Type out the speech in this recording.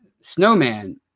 Snowman